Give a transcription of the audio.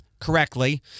correctly